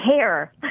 hair